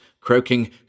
croaking